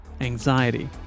anxiety